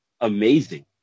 Amazing